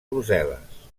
brussel·les